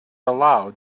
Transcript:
aloud